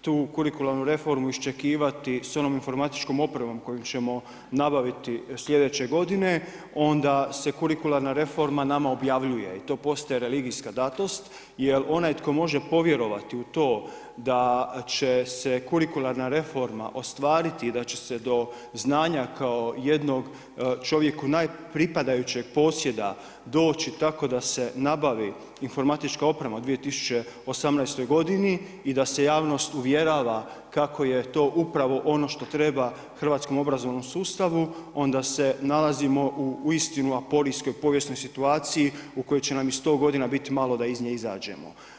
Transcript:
tu kurikularnu reformu iščekivati sa onom informatičkom opremom koju ćemo nabaviti sljedeće godine, onda se kurikularna reforma nama objavljuje i to postaje religijska datost jer onaj tko može povjerovati u to da će se kurikularna reforma ostvariti i da će se do znanja kao jednog čovjeku naj pripadajućeg posjeda doći tako da se nabavi informatička oprema u 2018. godini i da se javnost uvjerava kako je to upravo ono što treba hrvatskom obrazovnom sustavu, onda se nalazimo uistinu aporijskoj povijesnoj situaciji u kojoj će nam i 100 godina biti malo da iz nje izađemo.